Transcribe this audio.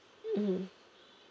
mm